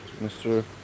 Mr